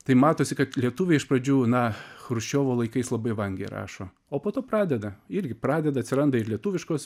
tai matosi lietuviai iš pradžių na chruščiovo laikais labai vangiai rašo o po to pradeda irgi pradeda atsiranda ir lietuviškos